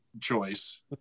choice